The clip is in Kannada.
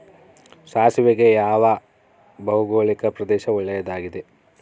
ಸಾಸಿವೆಗೆ ಯಾವ ಭೌಗೋಳಿಕ ಪ್ರದೇಶ ಒಳ್ಳೆಯದಾಗಿದೆ?